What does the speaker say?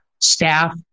staff